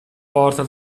porta